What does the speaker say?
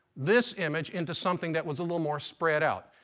this image into something that was a little more spread out.